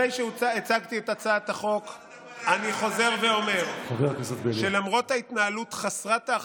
אל תדבר על, חבר הכנסת בליאק.